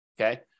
Okay